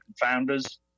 founders